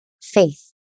faith